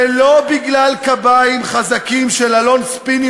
ולא בגלל קביים חזקים של עלון ספינים